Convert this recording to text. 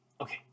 Okay